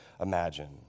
imagine